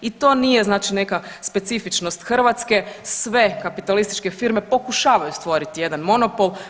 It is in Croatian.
I to nije znači neka specifičnost Hrvatske, sve kapitalističke firme pokušavaju stvoriti jedan monopol.